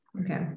Okay